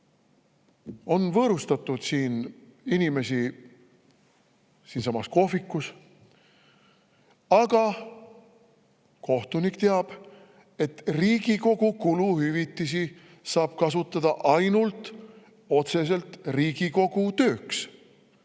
on võõrustatud inimesi siinsamas kohvikus. Aga kohtunik teab, et Riigikogu kuluhüvitisi saab kasutada ainult otseselt Riigikogu tööks,